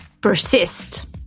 Persist